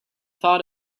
thought